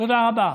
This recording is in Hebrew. תודה רבה.